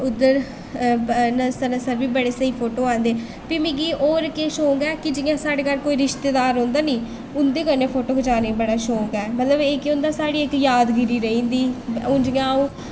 उद्धर न सनासर बी बड़े स्हेई फोटो औंदे फ्ही मिगी होर केह् शौक ऐ कि जि'यां साढ़े घर कोई रिश्तेदार औंदा नी उं'दे कन्नै फोटो खचाने गी बड़ा शौक ऐ मतलब केह् होंदा साढ़ी इक जादगिरी रेही जंदी हून जि'यां अ'ऊं